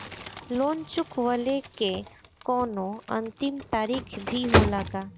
Loan चुकवले के कौनो अंतिम तारीख भी होला का?